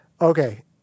Okay